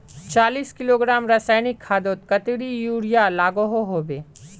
चालीस किलोग्राम रासायनिक खादोत कतेरी यूरिया लागोहो होबे?